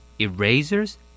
Erasers